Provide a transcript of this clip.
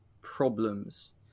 problems